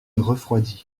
refroidit